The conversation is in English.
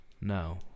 No